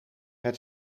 het